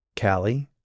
Callie